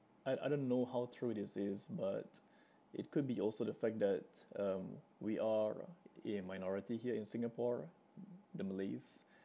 I I don't know how true this is but it could be also the fact that um we are a minority here in Singapore the malays